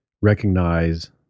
recognize